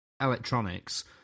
electronics